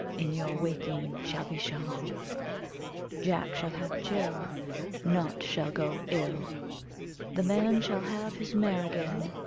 in your waking shall be shown jack shall have jill nought shall go ill the man shall have his mare again,